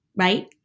right